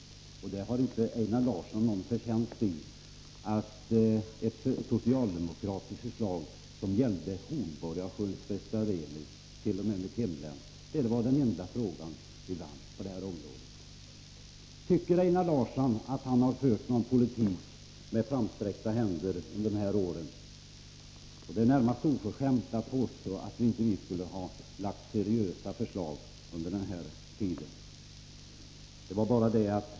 Einar Larsson har inte någon förtjänst i att socialdemokraternas förslag om Hornborgasjöns restaurering var den enda fråga vi socialdemokrater vann. Tycker Einar Larsson att han har fört en politik med framsträckta händer under de här åren? Det är närmast oförskämt att påstå att vi inte skulle ha lagt fram seriösa förslag under de borgerliga åren.